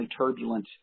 turbulent